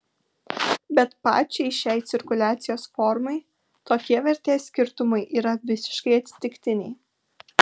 bet pačiai šiai cirkuliacijos formai tokie vertės skirtumai yra visiškai atsitiktiniai